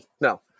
No